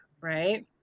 right